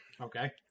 Okay